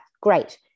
great